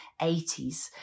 80s